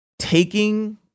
Taking